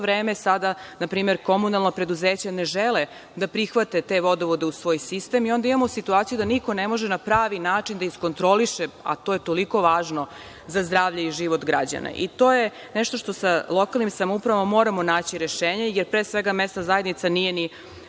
vreme sada npr. komunalna preduzeća ne žele da prihvate te vodovode u svoj sistem, i onda imamo situaciju da niko ne može na pravi način da iskontroliše, a to je toliko važno za zdravlje i život građana. To je nešto što sa lokalnim samoupravama moramo naći rešenje, jer pre svega, mesna zajednica nije ni